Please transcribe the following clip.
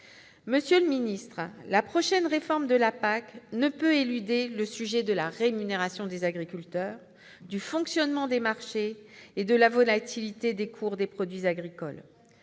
Monsieur le ministre, la prochaine réforme de la PAC ne pourra éluder les sujets de la rémunération des agriculteurs, du fonctionnement des marchés et de la volatilité des cours des produits agricoles.